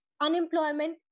unemployment